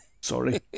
Sorry